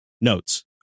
notes